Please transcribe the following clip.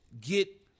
get